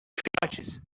filhotes